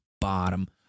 bottom